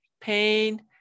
pain